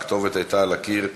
הכתובת הייתה על הקיר,